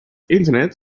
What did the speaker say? internet